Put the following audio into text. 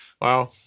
Wow